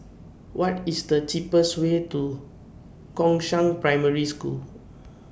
What IS The cheapest Way to Gongshang Primary School